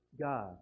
God